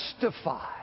justify